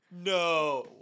No